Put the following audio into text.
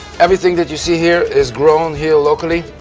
everything that you see here is grown here locally.